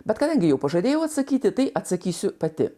bet kadangi jau pažadėjau atsakyti tai atsakysiu pati